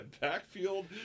backfield